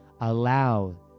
Allow